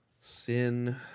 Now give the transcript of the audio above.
Sin